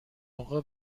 اقا